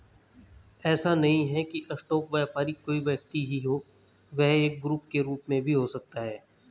ऐसा नहीं है की स्टॉक व्यापारी कोई व्यक्ति ही हो वह एक ग्रुप के रूप में भी हो सकता है